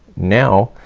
now,